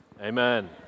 Amen